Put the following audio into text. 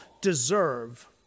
deserve